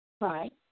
Right